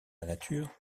nature